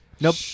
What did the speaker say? Nope